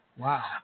Wow